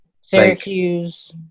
Syracuse